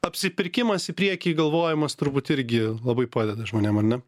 apsipirkimas į priekį galvojimas turbūt irgi labai padeda žmonėm ar ne